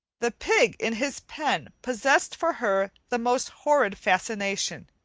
the pig in his pen possessed for her the most horrid fascination.